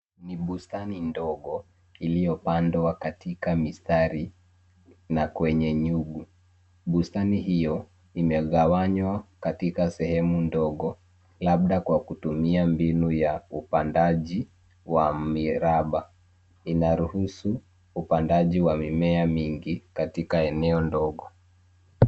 Ni bustani ndogo iliyo pandwa katika mistari na kwenye nyugu. Bustani hiyo imegawanywa katika sehemu ndogo labda kwa kutumia mbinu ya upandaji wa miraba. Inaruhusu upandaji wa mimea mingi katika eneo ndogo.